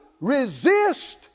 resist